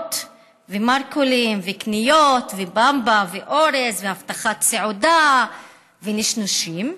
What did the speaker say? ומרכולים וקניות ובמבה ואורז והבטחת סעודה ונשנושים,